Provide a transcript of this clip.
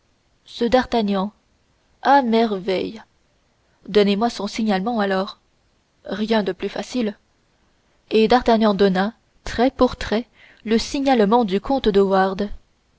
ce d'artagnan à merveille donnez-moi son signalement alors rien de plus facile et d'artagnan donna trait pour trait le signalement du comte de